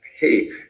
Hey